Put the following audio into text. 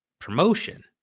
promotion